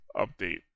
update